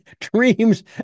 dreams